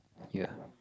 ya